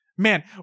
Man